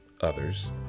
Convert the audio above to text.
others